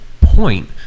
point